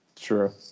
true